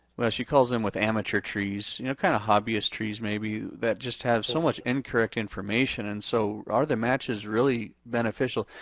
well she calls in with amateur trees, you know kind of hobbyist trees maybe, that that just have so much incorrect information. and so are the matches really beneficial?